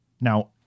Now